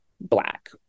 black